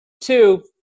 Two